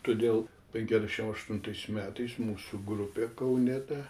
todėl penkiasdešim aštuntais metais mūsų grupė kaune ta